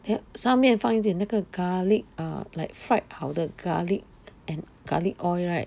then 上面放一点那个 garlic ah like fried 好的 garlic and garlic oil right